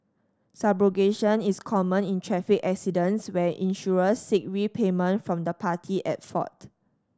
subrogation is common in traffic accidents where insurers seek repayment from the party at fault